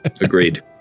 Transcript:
Agreed